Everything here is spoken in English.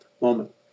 moment